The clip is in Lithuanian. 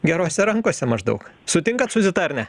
gerose rankose maždaug sutinkat su zita ar ne